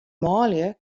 manlju